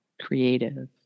creative